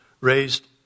raised